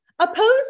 Oppose